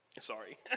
sorry